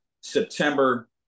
September